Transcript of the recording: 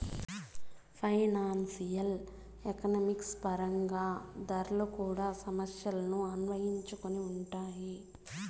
financial economics పరంగా ధరలు కూడా సమస్యలను అన్వయించుకొని ఉంటాయి